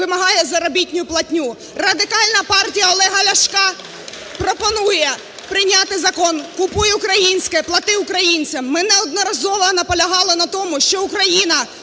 вимагає заробітну платню. Радикальна партія Олега Ляшка пропонує прийняти Закон "Купуй українське, плати українцям". Ми неодноразово наполягали на тому, що Україна